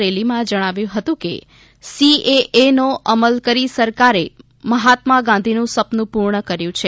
રેલીમાં જણાવ્યું હતું કે સીએએનો અમલ કરી સરકારે મહાત્મા ગાંધીનું સપનું પૂર્ણ કર્યું છે